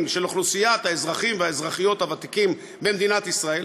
של אוכלוסיית האזרחים והאזרחיות הוותיקים במדינת ישראל.